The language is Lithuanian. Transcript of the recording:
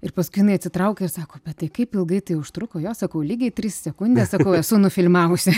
ir paskui jinai atsitraukė ir sako bet tai kaip ilgai tai užtruko jo sakau lygiai tris sekundes sakau esu nufilmavusi